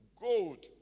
Gold